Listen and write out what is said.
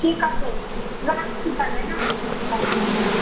ঠিক আছে রাখছি তাহলে হ্যাঁ হ্যাঁ হ্যাঁ হ্যাঁ